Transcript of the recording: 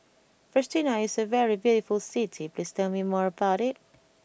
Pristina is a very beautiful city please tell me more about it